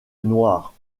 noire